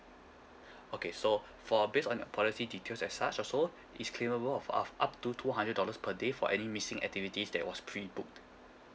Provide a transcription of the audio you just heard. okay so for based on your policy details as such also is claimable of of up to two hundred dollars per day for any missing activities that was prebooked